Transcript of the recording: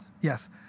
Yes